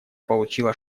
получило